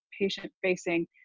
patient-facing